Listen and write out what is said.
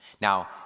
Now